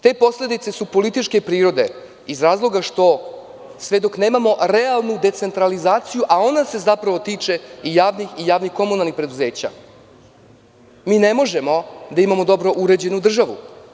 Te posledice su političke prirode iz razloga što sve dok nemamo realnu decentralizaciju, a ona se zapravo tiče i javnih i javnih komunalnih preduzeća, mine možemo da imamo dobro uređenu državu.